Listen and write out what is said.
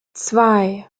zwei